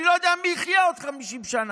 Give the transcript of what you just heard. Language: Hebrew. אני לא יודע מי יחיה עוד 50 שנה.